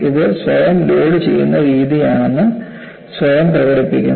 ഇത് സ്വയം ലോഡ് ചെയ്ത രീതിയാണെന്ന് സ്വയം പ്രകടിപ്പിക്കുന്നു